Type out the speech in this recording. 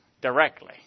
directly